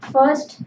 First